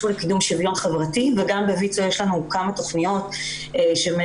לקידום שוויון חברתי וגם בויצ"ו יש לנו כמה תוכניות וסדנאות